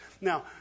Now